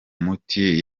miti